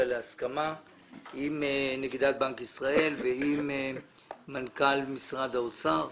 להסכמה עם נגידת בנק ישראל ועם מנכ"ל משרד האוצר